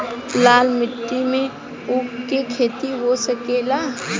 लाल माटी मे ऊँख के खेती हो सकेला?